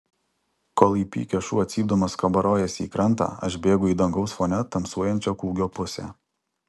kol įpykęs šuo cypdamas kabarojasi į krantą aš bėgu į dangaus fone tamsuojančio kūgio pusę